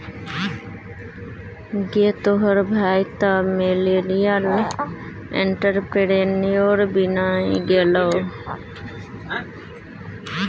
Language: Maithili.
गै तोहर भाय तँ मिलेनियल एंटरप्रेन्योर बनि गेलौ